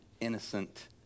innocent